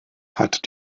hat